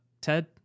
Ted